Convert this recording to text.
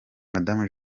madamu